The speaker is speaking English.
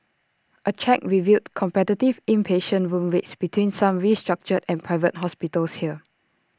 A check revealed competitive inpatient room rates between some restructured and Private Hospitals here